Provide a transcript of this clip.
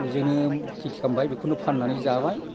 बिदिनो खिथि खालामबाय बेखौनो फाननानै जाबाय